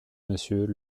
monsieur